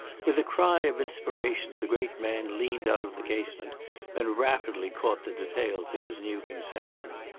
with a cry of inspiration the great man leaned out of the casement and rapidly caught the details of his new conception.